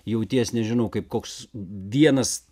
jauties nežinau kaip koks vienas